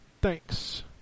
Thanks